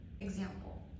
Example